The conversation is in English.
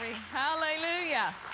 Hallelujah